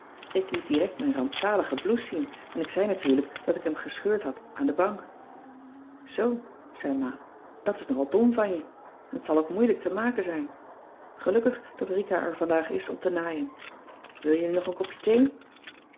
ik liet direct mijn rampzalige blouse zien en ik zei natuurlijk dat ik hem gescheurd had aan de bank zoo zei ma dat is nogal dom van je en t zal ook moeilijk te maken zijn gelukkig dat rika er vandaag is om te naaien wil jullie nog een kopje thee